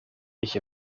ich